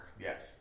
Yes